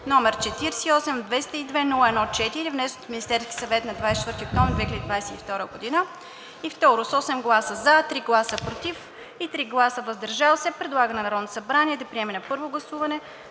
№ 48-202-01-4, внесен от Министерския съвет на 24 октомври 2022 г.; - с 8 гласа „за“, 3 гласа „против“ и 3 гласа „въздържал се“ предлага на Народното събрание да приеме на първо гласуване